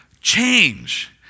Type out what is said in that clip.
change